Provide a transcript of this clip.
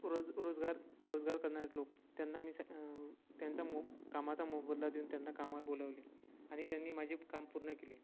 रोज रोजगार रोजगार करणारे लोक त्यांना मी सां त्यांचा मो कामाचा मोबदला देऊन त्यांना कामावर बोलावले आनि त्यांनी माझे काम पूर्ण केले